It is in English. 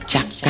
Jack